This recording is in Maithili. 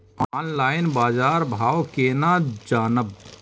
ऑनलाईन बाजार भाव केना जानब?